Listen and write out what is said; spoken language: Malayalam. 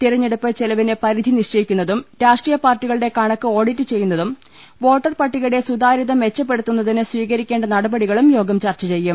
തെരഞ്ഞെടുപ്പ് ചെലവിന് പരിധി നിശ്ചയിക്കു ന്നതും രാഷ്ട്രീയ പാർട്ടികളുടെ കണക്ക് ഓഡിറ്റ് ചെയ്യുന്നതും വോട്ടർ പട്ടികയുടെ സുതാരൃത മെച്ചപ്പെടുത്തുന്നതിന് സ്വീകരിക്കേണ്ട നടപടികളും യോഗം ചർച്ച ചെയ്യും